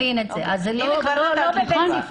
כבר נתת לי תשובה.